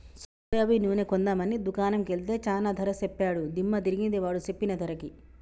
soybean నూనె కొందాం అని దుకాణం కెల్తే చానా ధర సెప్పాడు దిమ్మ దిరిగింది వాడు సెప్పిన ధరకి